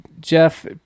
Jeff